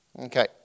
Okay